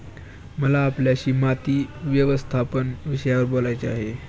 मला आपल्याशी माती व्यवस्थापन विषयावर बोलायचे आहे